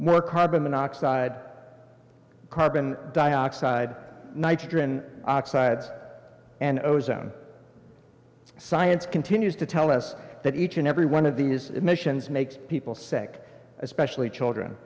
more carbon monoxide carbon dioxide nitrogen oxides and ozone science continues to tell us that each and every one of these emissions makes people sick especially children